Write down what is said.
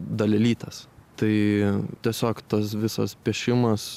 dalelytės tai tiesiog tas visas piešimas